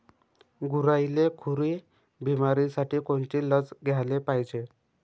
गुरांइले खुरी बिमारीसाठी कोनची लस द्याले पायजे?